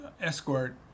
escort